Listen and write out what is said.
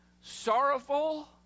sorrowful